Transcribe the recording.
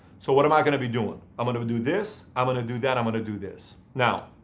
so what am i going to be doing? i'm going to do this, i'm going to do that, i'm going to do this. now,